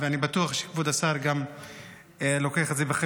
אני בטוח שגם כבוד השר לוקח את זה בחשבון,